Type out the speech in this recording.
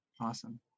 Awesome